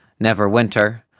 Neverwinter